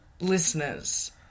listeners